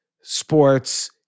sports